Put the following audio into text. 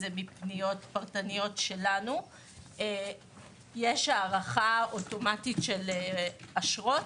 זה מפניות פרטניות שלנו; יש הארכה אוטומטית של אשרות,